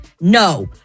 no